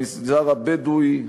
במגזר הבדואי,